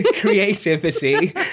creativity